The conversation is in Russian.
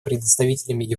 представителем